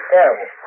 Terrible